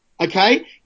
okay